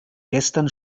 gestern